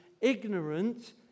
ignorant